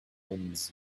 winds